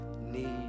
need